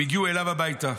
הם הגיעו אליו הביתה.